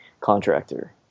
contractor